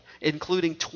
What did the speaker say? including